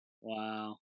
Wow